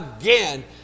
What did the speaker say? again